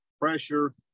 pressure